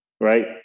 Right